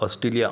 Australia